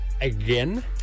again